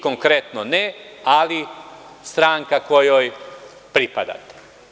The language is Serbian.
Konkretno vi ne, ali stranka kojoj pripadate.